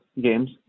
games